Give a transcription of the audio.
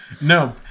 No